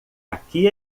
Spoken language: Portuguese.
aqui